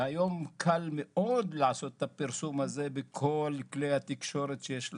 והיום קל מאוד לעשות את הפרסום הזה בכל כלי התקשורת שיש לנו,